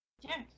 Yes